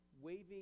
waving